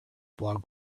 blog